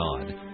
God